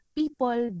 People